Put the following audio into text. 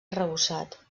arrebossat